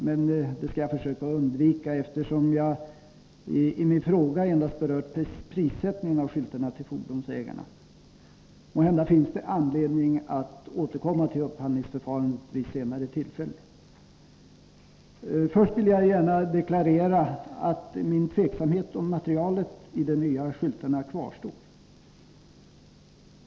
Det skall jag dock försöka undvika, eftersom jag i min fråga endast berört priset på skyltarna för fordonsägarna. Måhända finns det anledning att återkomma till upphandlingsförfarandet vid ett senare tillfälle. Först vill jag gärna deklarera att min tveksamhet om materialet i de nya skyltarna kvarstår.